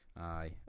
Aye